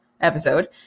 episode